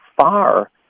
far